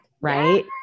Right